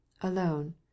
Alone